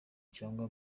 cyangwa